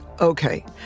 okay